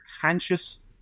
conscious